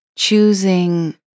Choosing